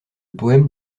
poème